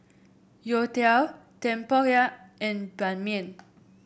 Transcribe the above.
youtiao tempoyak and Ban Mian